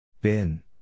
Bin